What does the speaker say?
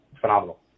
phenomenal